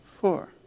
four